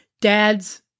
Dads